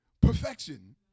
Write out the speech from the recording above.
perfection